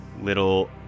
little